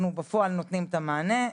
אנחנו בפועל נותנים את המענה.